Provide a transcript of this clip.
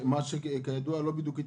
מה, שכידוע, לא בדיוק התממש.